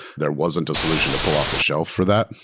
there wasn't a solution to pull off the shelf for that.